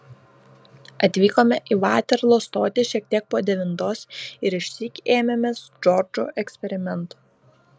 atvykome į vaterlo stotį šiek tiek po devintos ir išsyk ėmėmės džordžo eksperimento